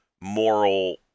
moral